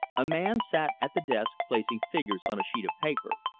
a man sat at the desk placing figures on a sheet of paper.